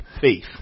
faith